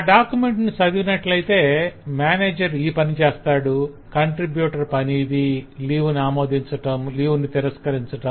ఆ డాక్యుమెంట్ ను చదివినట్లయితే మేనేజర్ ఈ పని చేస్తాడు కంట్రిబ్యూటర్ పని ఇది లీవ్ ని ఆమోదించటం లీవ్ ని తిరస్కరించటం